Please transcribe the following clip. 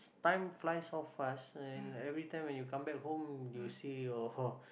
time flies so fast and every time when you come back home you see your